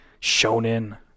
shonen